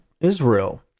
Israel